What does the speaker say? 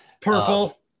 Purple